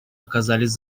оказались